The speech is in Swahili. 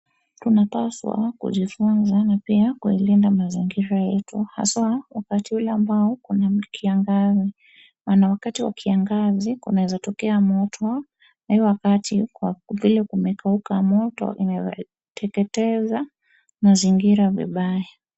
Tunapaswa kujifunza na kuilinda mazingira yetu haswa wakati ule ambao kuna kiangazi. Maana wakati wa kiangazi kunaweza tokea moto na hiyo wakati vile kumekauka moto inaweza teketeza mazingira vibaya.